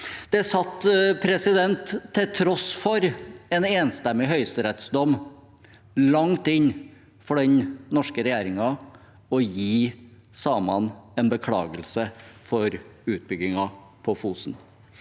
og ta på alvor. Til tross for en enstemmig høyesterettsdom satt det langt inne for den norske regjeringen å gi samene en beklagelse for utbyggingen på Fosen.